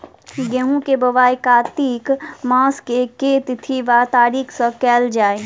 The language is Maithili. गेंहूँ केँ बोवाई कातिक मास केँ के तिथि वा तारीक सँ कैल जाए?